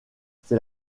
c’est